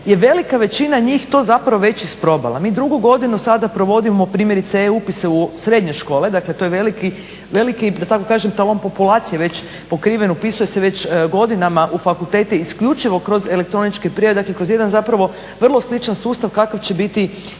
velika većina njih to već zapravo već isprobala. Mi drugu godinu sada provodimo E-upise u srednje škole, dakle to je veliki, da tako kažem talon populacije već pokriven, upisuje se već godinama u fakultete isključivo kroz elektroničke prijave, dakle kroz jedan zapravo vrlo sličan sustav kakav će biti